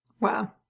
Wow